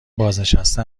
بازنشسته